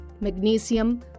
magnesium